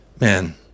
man